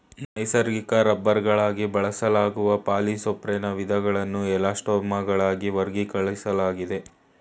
ನೈಸರ್ಗಿಕ ರಬ್ಬರ್ಗಳಾಗಿ ಬಳಸಲಾಗುವ ಪಾಲಿಸೊಪ್ರೆನ್ನ ವಿಧಗಳನ್ನು ಎಲಾಸ್ಟೊಮರ್ಗಳಾಗಿ ವರ್ಗೀಕರಿಸಲಾಗಯ್ತೆ